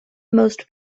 most